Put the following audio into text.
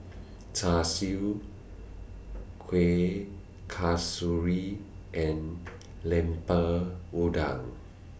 Char Siu Kueh Kasturi and Lemper Udang